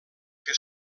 que